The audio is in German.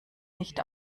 nicht